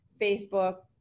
facebook